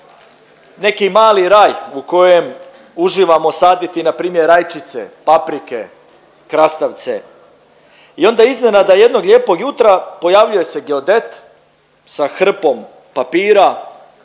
neki mali raj u kojem uživamo saditi npr. rajčice, paprike, krastavce i onda iznenada jednog lijepog jutra pojavljuje se geodet sa hrpom papira,